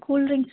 cool drinks